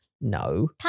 No